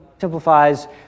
simplifies